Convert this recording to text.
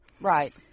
Right